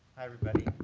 everybody.